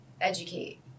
educate